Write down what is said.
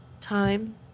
time